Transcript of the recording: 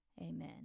Amen